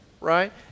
right